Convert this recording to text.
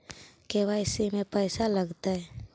KYC में पैसा लगतै?